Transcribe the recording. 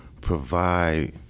provide